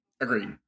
Agreed